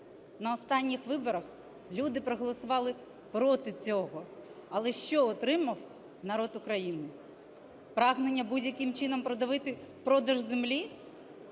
На останніх виборах люди проголосували проти цього. Але що отримав народ України? Прагнення будь-яким чином продавити продаж землі?